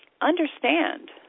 understand